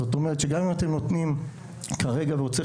זאת אומרת שגם אם אתם נותנים כרגע וצריך